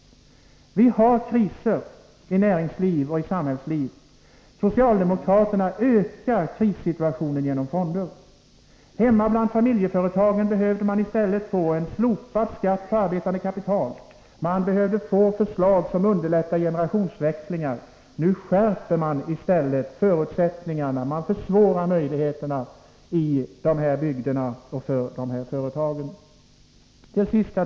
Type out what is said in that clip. Vi har kriser i näringsliv och samhällsliv. Socialdemokraterna ökar krissituationen genom fonderna. Hemma bland familjeföretagen behövde man i stället få skatten på arbetande kapital slopad, man behövde få förslag som underlättar generationsväxlingar. Nu skärps i stället förutsättningarna och möjligheterna minskas för företagen i de här bygderna.